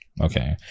Okay